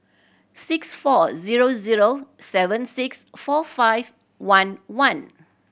six four zero zero seven six four five one one